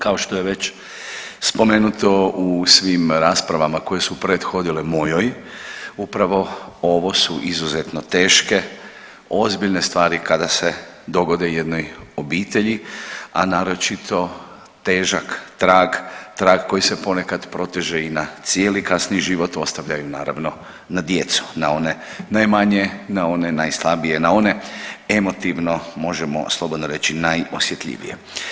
Kao što je već spomenuto u svim raspravama koje su prethodile mojoj upravo ovo su izuzetno teške, ozbiljne stvari kada se dogode jednoj obitelji a naročito težak trag, trag koji se ponekad proteže i na cijeli kasniji život ostavljaju naravno na djecu, na one najmanje, na one najslabije, na one emotivno možemo slobodno reći najosjetljivije.